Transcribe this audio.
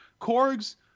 Korg's